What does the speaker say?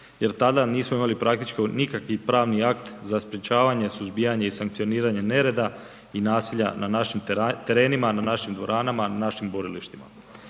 jel tada nismo imali praktički nikakvi pravni akt za sprečavanje, suzbijanje i sankcioniranje nereda i nasilja na našim terenima, na našim dvoranama, na našim borilištima.